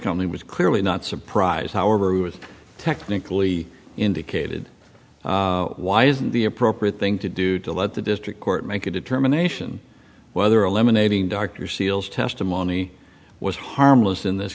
company was clearly not surprised however was technically indicated why isn't the appropriate thing to do to let the district court make a determination whether eliminating dr seals testimony was harmless in this